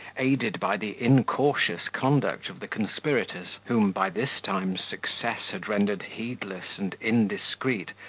aided by the incautious conduct of the conspirators, whom, by this time, success had rendered heedless and indiscreet,